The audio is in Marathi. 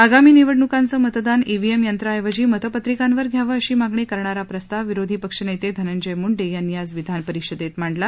आगामी निवडण्कांचं मतदान ईव्हीएम यंत्राऐवजी मतपत्रिकांवर घ्यावं अशी मागणी करणारा प्रस्ताव विरोधी पक्षनेते धनंजय मुंडे यांनी आज विधानपरिषदेत मांडला